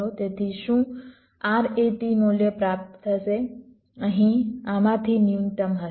તેથી શું RAT મૂલ્ય પ્રાપ્ત થશે અહીં આમાંથી ન્યૂનતમ હશે